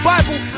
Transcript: Bible